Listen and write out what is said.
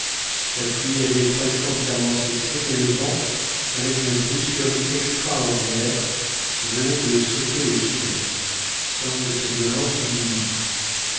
la pluie avait presque entièrement cessé mais le vent avec une brusquerie extraordinaire venait de sauter au sud-est sans que sa violence eût diminué